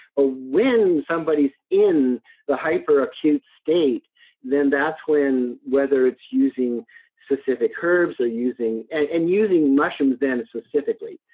ah when somebody's in the hyper acute state then that's when, whether it's using specific herbs or using. and using mushrooms, then it's specifically,